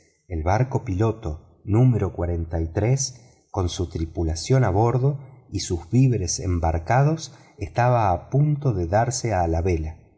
el barco piloto número con su tripulación a bordo y sus víveres embarcados estaba a punto de darse a la vela